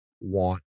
want